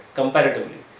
comparatively